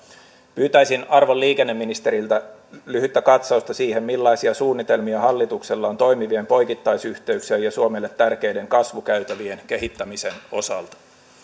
pyytäisin arvon liikenneministeriltä lyhyttä katsausta siihen millaisia suunnitelmia hallituksella on toimivien poikittaisyhteyksien ja suomelle tärkeiden kasvukäytävien kehittämisen osalta